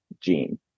gene